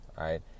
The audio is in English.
right